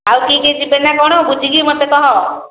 ଆଉ କିଏ କିଏ ଯିବେ ନା କ'ଣ ବୁଝିକି ମୋତେ କହ